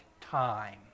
time